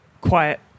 quiet